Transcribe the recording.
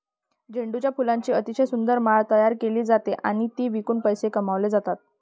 झेंडूच्या फुलांची अतिशय सुंदर माळ तयार केली जाते आणि ती विकून पैसे कमावले जातात